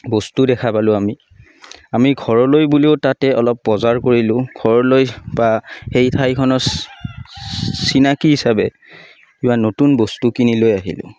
বস্তু দেখা পালোঁ আমি আমি ঘৰলৈ বুলিও তাতে অলপ বজাৰ কৰিলোঁ ঘৰলৈ বা হেই ঠাইখনৰ চিনাকি হিচাপে কিবা নতুন বস্তু কিনি লৈ আহিলোঁ